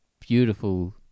Beautiful